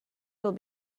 will